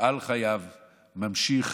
מפעל חייו ממשיך